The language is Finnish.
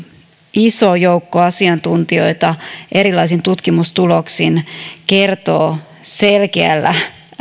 iso joukko asiantuntijoita erilaisin tutkimustuloksin kertoo selkeällä